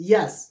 Yes